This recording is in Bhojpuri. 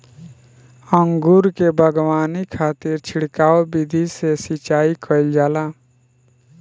अंगूर के बगावानी खातिर छिड़काव विधि से सिंचाई कईल जाला